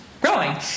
Growing